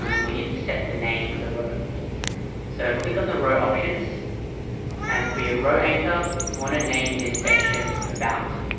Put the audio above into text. we need to set the name for the row so click on the row options and for your row anchor, you need to name this section about